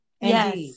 Yes